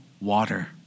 water